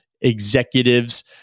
executives